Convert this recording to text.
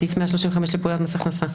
סעיף 135 לפקודת מס הכנסה.